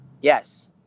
yes